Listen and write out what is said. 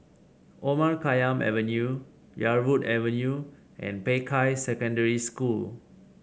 Omar Khayyam Avenue Yarwood Avenue and Peicai Secondary School